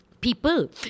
people